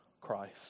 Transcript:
Christ